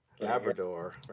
Labrador